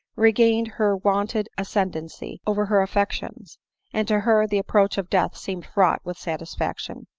regained her wonted ascendancy over her affections and to her the approach of death seemed fraught with satisfaction.